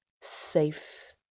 safe